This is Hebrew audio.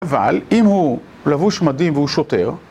אבל, אם הוא לבוש מדהים והוא שוטר